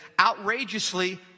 outrageously